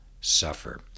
suffer